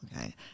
okay